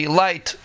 light